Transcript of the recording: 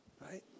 right